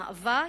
מאבק,